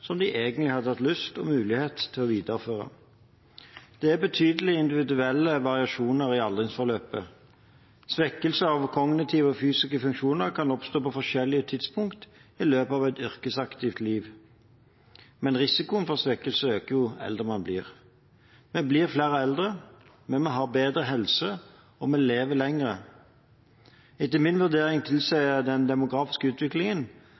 som de egentlig hadde hatt lyst og mulighet til å videreføre. Det er betydelige individuelle variasjoner i aldringsforløpet. Svekkelse av kognitive og fysiske funksjoner kan oppstå på forskjellige tidspunkt i løpet av et yrkesaktivt liv, men risikoen for svekkelse øker jo eldre man blir. Vi blir flere eldre, men vi har bedre helse, og vi lever lenger. Etter min vurdering tilsier den demografiske utviklingen